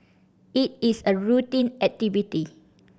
it is a routine activity